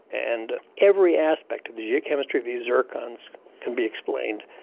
and every aspect of the geochemistry of these zircons can be explained,